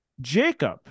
Jacob